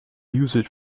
used